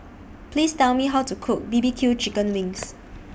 Please Tell Me How to Cook B B Q Chicken Wings